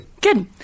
Good